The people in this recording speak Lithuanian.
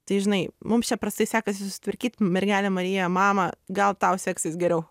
tai žinai mums čia prastai sekasi susitvarkyt mergele marija mama gal tau seksis geriau